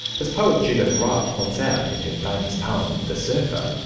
as poet judith wright points out in her famous poem the surfer,